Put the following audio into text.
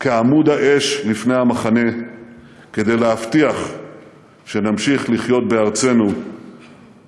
כעמוד האש לפני המחנה כדי להבטיח שנמשיך לחיות בארצנו